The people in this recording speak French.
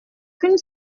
qu’une